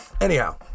Anyhow